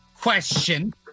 question